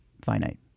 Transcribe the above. finite